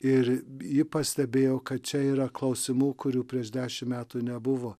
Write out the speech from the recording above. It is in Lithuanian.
ir ji pastebėjo kad čia yra klausimų kurių prieš dešim metų nebuvo